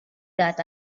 that